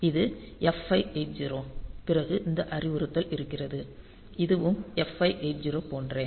இது F580 பிறகு இந்த அறிவுறுத்தல் இருக்கிறது இதுவும் F580 போன்றே